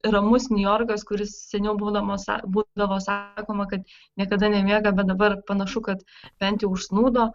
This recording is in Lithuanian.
ramus niujorkas kuris seniau būdamas būdavo sakoma kad niekada nemiega bet dabar panašu kad bent jau užsnūdo